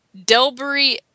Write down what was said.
Delbury